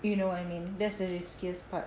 you know what I mean that's the riskiest part